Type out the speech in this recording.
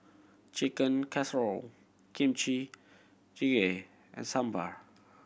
Chicken Casserole Kimchi Jjigae and Sambar